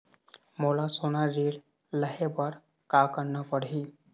मोला सोना ऋण लहे बर का करना पड़ही?